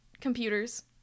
computers